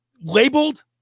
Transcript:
labeled